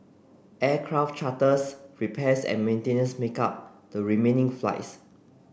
aircraft charters repairs and maintenance make up the remaining flights